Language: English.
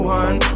one